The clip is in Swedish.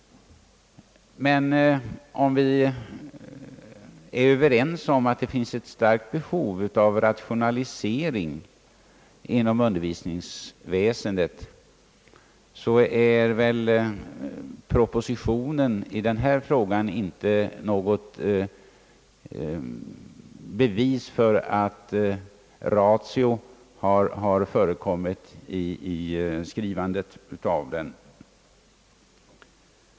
Om vi är överens om att det finns ett starkt behov av rationalisering inom undervisningsväsendet, är emellertid propositionen i den här frågan inte något bevis för att ratio har förekommit i skrivandet av den.